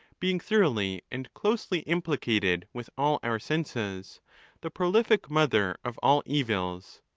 being thoroughly and closely implicated with all our senses the prolific mother of all evils.